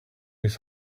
his